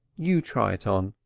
you try it on.